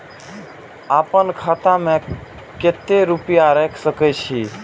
आपन खाता में केते रूपया रख सके छी?